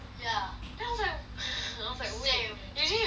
then I was like I was like !whoa! usually you just eat the